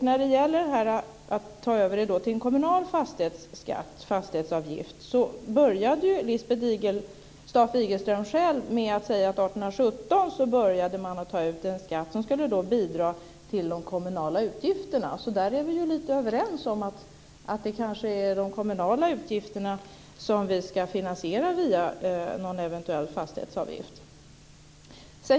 När det gäller att överföra detta till en kommunal fastighetsskatt, fastighetsavgift, började Lisbeth Staaf-Igelström själv med att säga att man 1817 började ta ut en skatt som skulle bidra till de kommunala utgifterna. I fråga om detta är vi ju lite överens om att det kanske är de kommunala utgifterna som vi ska finansiera via någon eventuell fastighetsavgift.